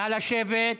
נא לשבת.